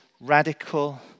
radical